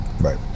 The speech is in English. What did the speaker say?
Right